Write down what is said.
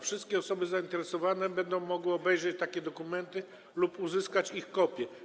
Wszystkie osoby zainteresowane będą mogły obejrzeć takie dokumenty lub uzyskać ich kopie.